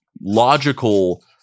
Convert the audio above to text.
logical